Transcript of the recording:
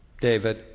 David